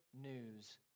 news